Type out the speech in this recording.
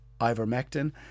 ivermectin